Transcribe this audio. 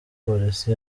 polisi